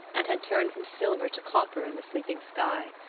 and had turned from silver to copper in the sleeping sky.